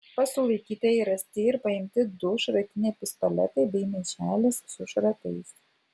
pas sulaikytąjį rasti ir paimti du šratiniai pistoletai bei maišelis su šratais